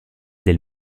del